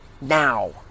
now